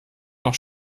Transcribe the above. auch